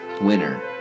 winner